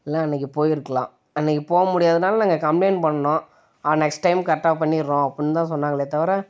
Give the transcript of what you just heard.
இல்லை அன்னிக்கு போயிருக்கலாம் அன்னைக்கு போக முடியாதுனால் நாங்கள் கம்ப்ளைண்ட் பண்ணிணோம் ஆ நெக்ஸ்ட் டைம் கரெட்டா பண்ணிகிறோம் அப்புடின் தான் சொன்னாங்களே தவிர